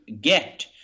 get